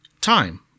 time